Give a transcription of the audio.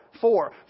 Four